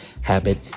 habit